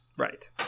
right